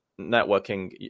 networking